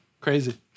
Crazy